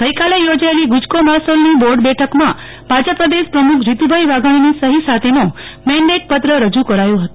ગઈકાલે થોજાથેલી ગુજકોમાસોલની બોર્ડ બેઠકમાં ભાજપ પ્રદેશ પ્રમુખ જીતુભાઈ વાઘાણીની સહી સાથેનો મેન્ડેટ પત્ર રજુ કરાયો હતો